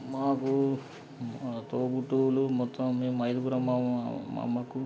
మాకు మా తోబుట్టువులు మొత్తం మేము అయిదుగురం మా మా అమ్మకు